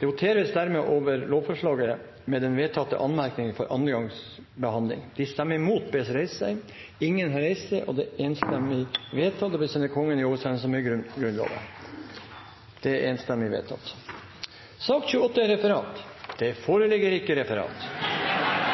Det voteres dermed over lovforslaget med den vedtatte anmerkning fra andre gangs behandling. Stortingets lovvedtak er dermed bifalt ved tredje gangs behandling og blir å sende Kongen i overensstemmelse med Grunnloven. Det foreligger ikke noe referat.